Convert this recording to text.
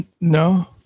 No